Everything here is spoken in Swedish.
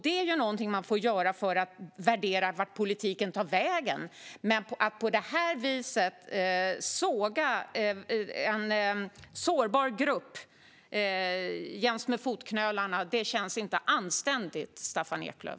Det måste man göra för att värdera vart politiken tar vägen. Men att på det viset såga en sårbar grupp jäms med fotknölarna känns inte anständigt, Staffan Eklöf.